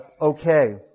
okay